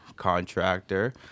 contractor